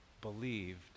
believed